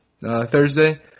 Thursday